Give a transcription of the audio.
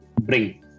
bring